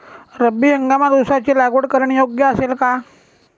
रब्बी हंगामात ऊसाची लागवड करणे योग्य असेल का?